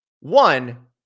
One